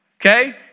Okay